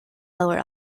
lower